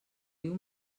diu